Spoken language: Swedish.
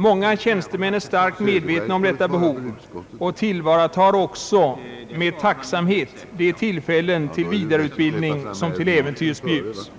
Många tjänstemän är starkt medvetna om detta behov och tillvaratar också med tacksamhet de tillfällen till vidareutbildning som till äventyrs erbjuds.